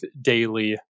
daily